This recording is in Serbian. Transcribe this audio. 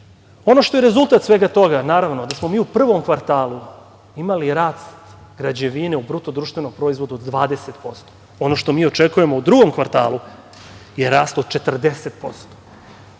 što je rezultat svega toga, naravno, da smo mi u prvom kvartalu imali rast građevine u BDP 20%. Ono što mi očekujemo u drugom kvartalu je rast od 40%.